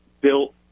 built